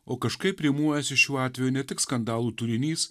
o kažkaip rimuojasi šiuo atveju ne tik skandalų turinys